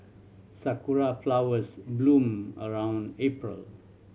sakura flowers bloom around April